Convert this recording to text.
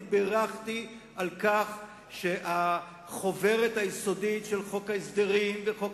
אני בירכתי על כך שהחוברת היסודית של חוק ההסדרים וחוק